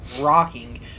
rocking